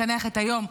מקנח את היום,